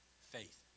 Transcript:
Faith